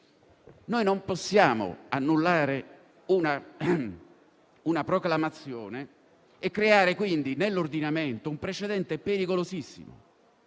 non possiamo annullare una proclamazione e creare quindi nell'ordinamento un precedente pericolosissimo,